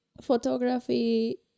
photography